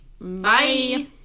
Bye